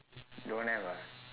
don't have ah